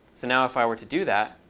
so now if i were to do that,